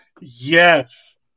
yes